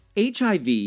HIV